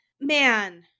man